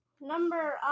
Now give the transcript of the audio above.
Number